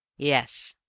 yes.